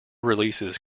releases